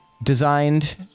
Designed